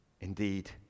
indeed